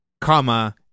comma